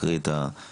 תקרא את הצו,